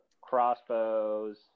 crossbows